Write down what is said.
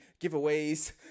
giveaways